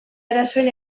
arazoen